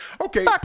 Okay